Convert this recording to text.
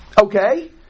Okay